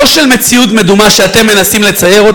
לא של מציאות מדומה שאתם מנסים לצייר,